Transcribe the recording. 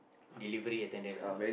delivery attendant lah